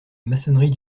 maçonnerie